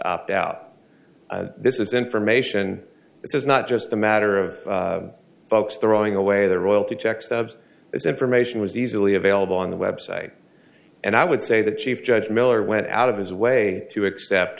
opt out this is information this is not just a matter of folks throwing away their royalty check stubs this information was easily available on the website and i would say the chief judge miller went out of his way to accept